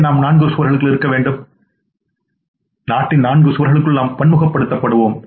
ஏனெனில் நாம் நாட்டின் நான்கு சுவர்களுக்குள் இருப்போம் நாட்டின் நான்கு சுவர்களுக்குள் நாம் பன்முகப்படுத்தப்படுவோம்